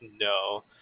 No